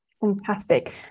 Fantastic